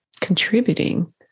contributing